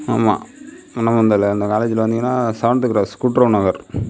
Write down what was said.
ஆமாம் மன்னபந்தலில் அந்த காலேஜ் வந்தீங்கனா செவன்த் க்ராஸ் கூட்டுறவு நகர்